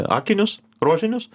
akinius rožinius